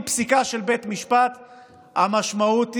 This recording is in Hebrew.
בית המשפט העליון,